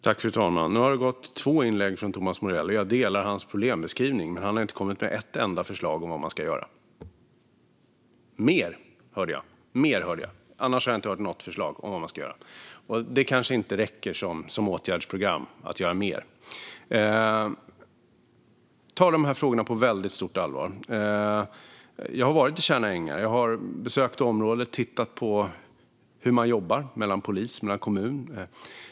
Fru talman! Nu har Thomas Morell haft två inlägg. Jag delar hans problembeskrivning, men han har inte kommit med ett enda förslag på vad man ska göra. "Mer", hörde jag. Annars har jag inte hört något förslag på vad man ska göra. Att göra "mer" kanske inte räcker som åtgärdsprogram. Jag tar de här frågorna på väldigt stort allvar. Jag har varit i Tjärna Ängar. Jag har besökt området och tittat på hur man jobbar mellan polis och kommun.